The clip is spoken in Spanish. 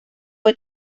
fue